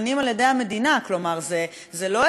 זה לא איזו פסיקה ככה,